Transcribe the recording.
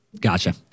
Gotcha